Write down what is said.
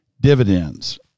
Dividends